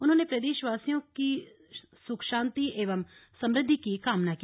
उन्होंने प्रदेश वासियों की सुख शांति एवं समृद्धि की कामना की